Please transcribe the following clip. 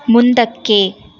ಮುಂದಕ್ಕೆ